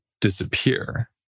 disappear